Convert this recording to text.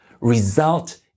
result